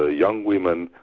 ah young women,